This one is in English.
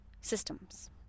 systems